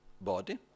body